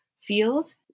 field